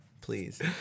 Please